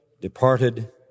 departed